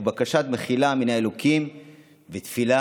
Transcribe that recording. ובקשת מחילה מן האלוקים ותפילה